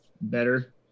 better